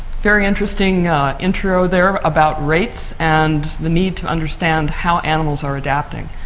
very interesting intro there about rates and the need to understand how animals are adapting.